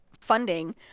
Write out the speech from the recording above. funding